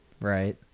Right